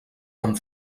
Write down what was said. amb